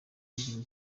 ivugira